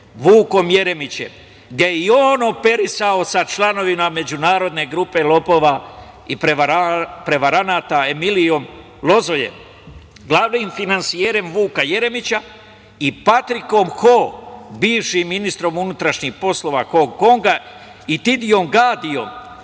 Vukom Jeremićem, gde je i on operisao sa članovima međunarodne grupe lopova i prevaranata, Emiliom Lozojem, glavnim finansijerom Vuka Jeremića, i Patrikom Hoom, bivšim ministrom unutrašnjih poslova Hong Konga, i Tidijom Gadijom,